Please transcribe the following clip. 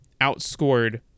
outscored